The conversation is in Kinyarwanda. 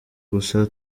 gusa